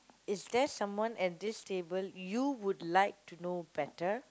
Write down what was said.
is there someone at this table you would like to know better